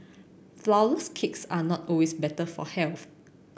flourless cakes are not always better for health